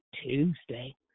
Tuesday